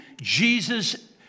Jesus